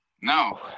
no